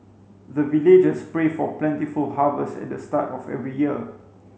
the villagers pray for plentiful harvest at the start of every year